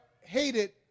hated